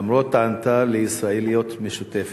למרות טענתה ל"ישראליות משותפת".